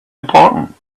important